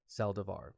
Saldivar